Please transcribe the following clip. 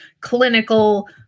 clinical